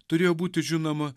turėjo būti žinoma